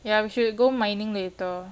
ya we should go mining later